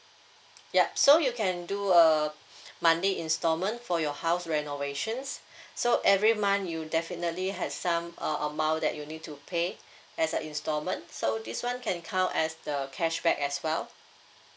yup so you can do a monthly instalment for your house renovations so every month you definitely have some uh amount that you need to pay as a instalment so this one can count as the cashback as well